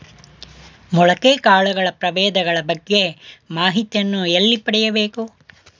ಮೊಳಕೆ ಕಾಳುಗಳ ಪ್ರಭೇದಗಳ ಬಗ್ಗೆ ಮಾಹಿತಿಯನ್ನು ಎಲ್ಲಿ ಪಡೆಯಬೇಕು?